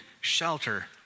shelter